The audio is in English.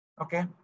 okay